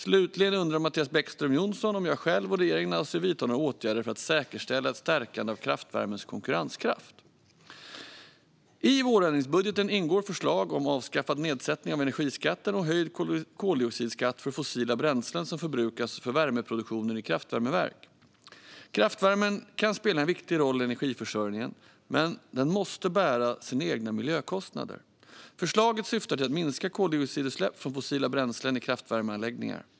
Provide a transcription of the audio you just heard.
Slutligen undrar Mattias Bäckström Johansson om jag själv och regeringen avser vidta åtgärder för att säkerställa ett stärkande av kraftvärmens konkurrenskraft. I vårändringsbudgeten ingår förslag om avskaffad nedsättning av energiskatten och höjd koldioxidskatt för fossila bränslen som förbrukas för värmeproduktion i kraftvärmeverk. Kraftvärmen kan spela en viktig roll i energiförsörjningen, men den måste bära sina egna miljökostnader. Förslaget syftar till att minska koldioxidutsläpp från fossila bränslen i kraftvärmeanläggningar.